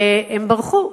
והם ברחו,